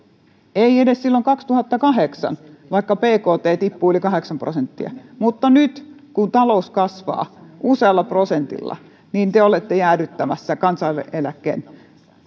ei edes silloin kaksituhattakahdeksan vaikka bkt tippui yli kahdeksan prosenttia mutta nyt kun talous kasvaa usealla prosentilla te olette jäädyttämässä kansaneläkkeen